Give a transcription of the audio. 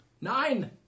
Nine